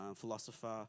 philosopher